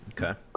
okay